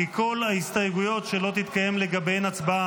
מירב כהן,